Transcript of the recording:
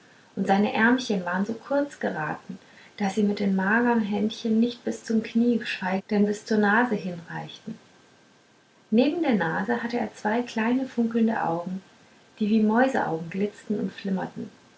und seine ärmchen waren so kurz geraten daß sie mit den magern händchen nicht bis zum knie geschweige denn bis zur nase hinreichten neben der nase hatte er zwei kleine funkelnde augen die wie mäuseaugen glitzten und flimmerten